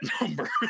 number